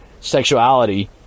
sexuality